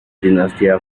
dinastía